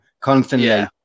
constantly